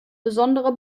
besondere